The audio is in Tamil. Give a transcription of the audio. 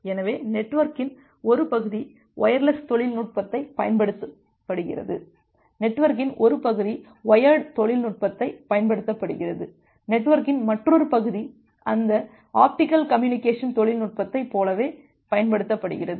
எனவே நெட்வொர்க்கின் ஒரு பகுதி வயர்லெஸ் தொழில்நுட்பத்தைப் பயன்படுத்துகிறது நெட்வொர்க்கின் ஒரு பகுதி வயர்டு தொழில்நுட்பத்தைப் பயன்படுத்துகிறது நெட்வொர்க்கின் மற்றொரு பகுதி அந்த ஆப்டிகல் கம்யூனிகேஷன் தொழில்நுட்பத்தைப் போலவே பயன்படுத்துகிறது